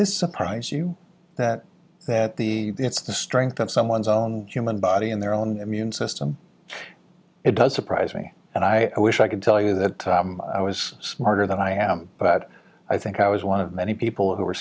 this surprise you that that the it's the strength of someone's own human body and their own immune system it does surprise me and i wish i could tell you that i was smarter than i am but i think i was one of many people who